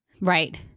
Right